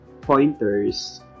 pointers